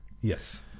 yes